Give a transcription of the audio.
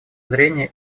зрение